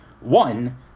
one